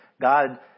God